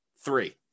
three